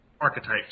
archetypes